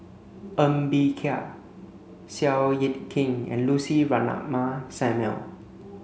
Ng Bee Kia Seow Yit Kin and Lucy Ratnammah Samuel